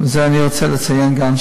ואת זה אני רוצה לציין כאן,